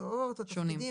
מקצועות, תפקידים.